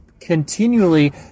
continually